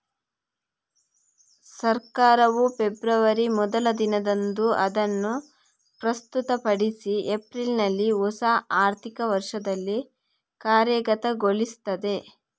ಸರ್ಕಾರವು ಫೆಬ್ರವರಿ ಮೊದಲ ದಿನದಂದು ಅದನ್ನು ಪ್ರಸ್ತುತಪಡಿಸಿ ಏಪ್ರಿಲಿನಲ್ಲಿ ಹೊಸ ಆರ್ಥಿಕ ವರ್ಷದಲ್ಲಿ ಕಾರ್ಯಗತಗೊಳಿಸ್ತದೆ